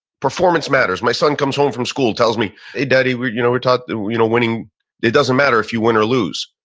performance matters. my son comes home from school and tells me, hey daddy, we you know were taught you know winning, it doesn't matter if you win or lose.